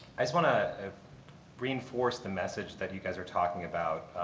i just want to reinforce the message that you guys are talking about.